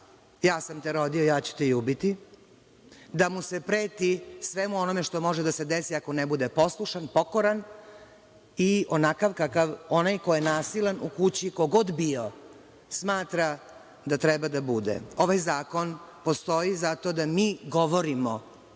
ja sam te rodio, ja ću te i ubiti, da mu se preti, svemu onome što može da se desi ako ne bude poslušan, pokoran i onakav kakv onaj ko je nasilan u kući, ko god bio, smatra da treba da bude. Ovaj zakon postoji zato da mi govorimo